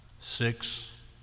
six